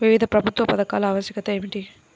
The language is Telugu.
వివిధ ప్రభుత్వ పథకాల ఆవశ్యకత ఏమిటీ?